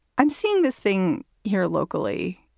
i'm seeing this thing here locally.